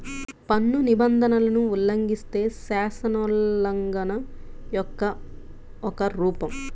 పన్ను నిబంధనలను ఉల్లంఘిస్తే, శాసనోల్లంఘన యొక్క ఒక రూపం